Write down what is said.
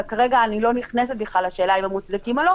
וכרגע אני לא נכנסת בכלל לשאלה אם הם מוצדקים או לא.